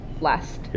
Last